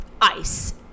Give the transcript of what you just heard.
ice